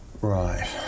Right